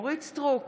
אורית מלכה סטרוק,